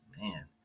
man